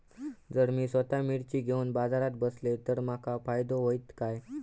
जर मी स्वतः मिर्ची घेवून बाजारात बसलय तर माका फायदो होयत काय?